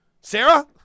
Sarah